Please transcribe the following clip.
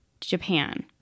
Japan